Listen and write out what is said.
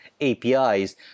APIs